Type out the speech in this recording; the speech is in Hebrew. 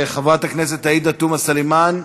חברת הכנסת עאידה תומא סלימאן,